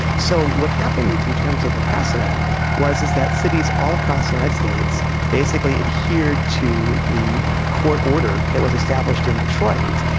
so what happened in terms of the precedent was that cities all across the united states basically adhered to the court order that was established in detroit,